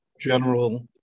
General